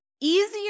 easier